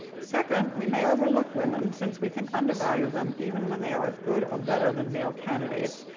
second, we may overlook women since we can undervalue them even when they are as good or better than male candidates.